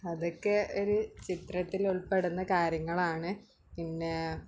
അതൊക്കെ ഒര് ചിത്രത്തിലുൾപ്പെടുന്ന കാര്യങ്ങളാണ് പിന്നേ